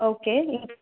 okay ఇంకా